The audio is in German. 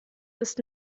ist